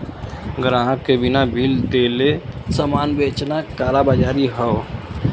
ग्राहक के बिना बिल देले सामान बेचना कालाबाज़ारी हौ